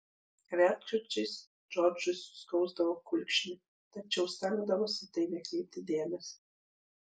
retkarčiais džordžui suskausdavo kulkšnį tačiau stengdavosi į tai nekreipti dėmesio